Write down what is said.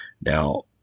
now